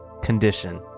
condition